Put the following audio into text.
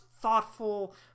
thoughtful